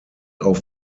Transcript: auf